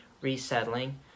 resettling